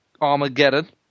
Armageddon